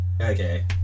okay